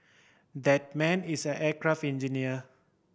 that man is an aircraft engineer